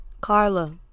Carla